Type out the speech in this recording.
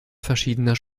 verschiedener